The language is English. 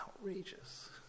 outrageous